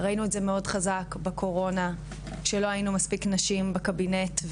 ראינו את זה מאוד חזק בקורונה כשלא היו מספיק נשים בקבינט,